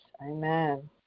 Amen